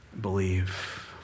believe